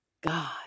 God